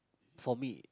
for me